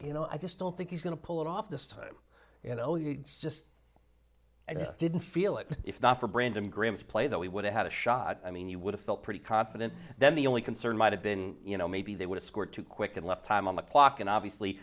you know i just don't think he's going to pull it off this time you know you just i just didn't feel it if not for brandon graham's play that he would have had a shot i mean you would have felt pretty confident then the only concern might have been you know maybe they would score too quick and left time on the clock and obviously